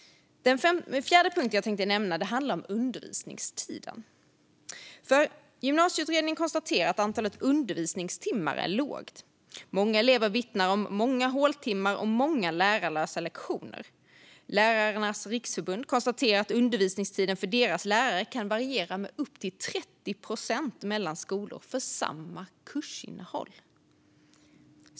Den fjärde punkt jag tänkte nämna handlar om undervisningstiden. Gymnasieutredningen konstaterar att antalet undervisningstimmar är lågt. Många elever vittnar om många håltimmar och lärarlösa lektioner. Lärarnas Riksförbund konstaterar att undervisningstiden för deras lärare kan variera med upp till 30 procent mellan skolor för samma kursinnehåll.